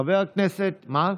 קרעי פה.